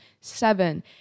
seven